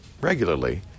regularly